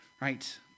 right